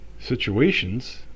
situations